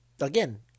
again